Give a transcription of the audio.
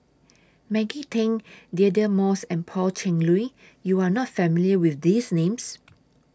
Maggie Teng Deirdre Moss and Pan Cheng Lui YOU Are not familiar with These Names